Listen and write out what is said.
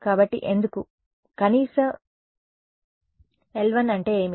కాబట్టి ఎందుకు కాబట్టి కనీస l 1 అంటే ఏమిటి